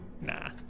Nah